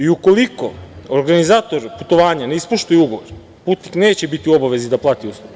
Ukoliko organizator putovanja ne ispoštuje ugovor, putnik neće biti u obavezi da plati uslugu.